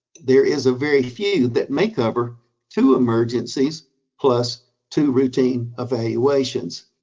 there is a very few that may cover two emergencies plus two routine evaluations.